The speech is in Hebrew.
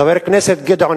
חבר הכנסת גדעון